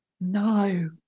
No